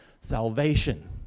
salvation